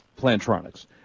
Plantronics